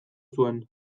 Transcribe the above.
zuen